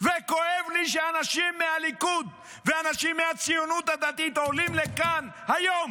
וכואב לי שאנשים מהליכוד ואנשים מהציונות הדתית עולים לכאן היום